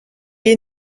est